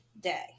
day